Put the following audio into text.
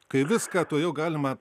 kai viską tuojau galima